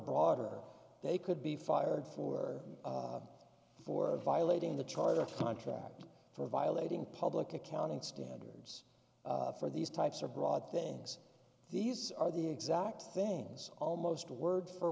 broader they could be fired for for violating the charter contract for violating public accounting standards for these types of broad things these are the exact things almost word for